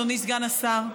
אדוני סגן השר.